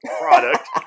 product